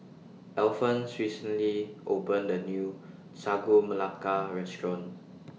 Alphons recently opened A New Sagu Melaka Restaurant